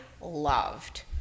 loved